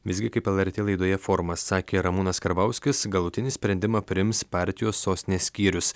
visgi kaip el er tė laidoje forumas sakė ramūnas karbauskis galutinį sprendimą priims partijos sostinės skyrius